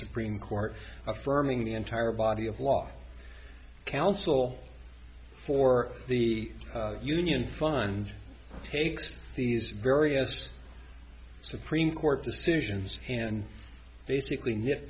supreme court affirming the entire body of law counsel for the union fund takes these various supreme court decisions and basically nit